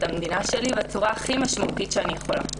המדינה שלי בצורה הכי משמעותית שאני יכולה,